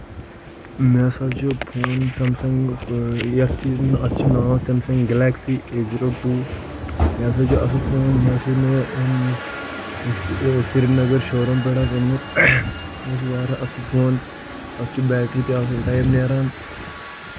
مےٚ ہسا چھُ فون سیمسنگُک یتھ اَتھ چھُ ناو Samsung Galaxy A zero two یہِ ہسا چھُ اَصٕل فون یہِ ہسا چھُ مےٚ یہِ سِری نَگر شوروٗم پٮ۪ٹھ حظ اوٚنمُت یہِ حظ چھُ واریاہ اَصٕل فون اَتھ چُھ بیٹری تہِ اَصٕل ٹایِم نیران